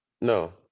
No